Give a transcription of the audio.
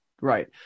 Right